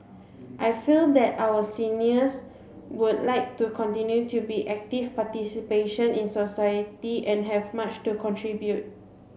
I feel that our seniors would like to continue to be active participation in society and have much to contribute